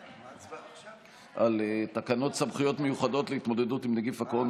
הצבעה על תקנות סמכויות מיוחדות להתמודדות עם נגיף הקורונה